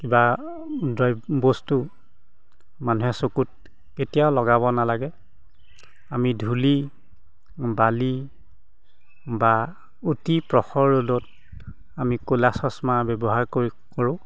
কিবা দ্র বস্তু মানুহে চকুত কেতিয়াও লগাব নালাগে আমি ধূলি বালি বা অতি প্ৰখৰ ৰ'দত আমি ক'লা চচ্মা ব্যৱহাৰ কৰি কৰোঁ